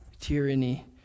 tyranny